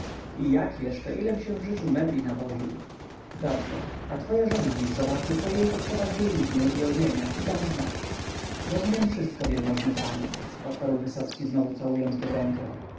jak jeszcze ilem się w życiu mebli nawoził dobrze a twoja żona niech zobaczy co jej potrzeba z bielizny i odzienia i da mi znać rozumiem wszystko wielmożny panie odparł wysocki znowu całując go w rękę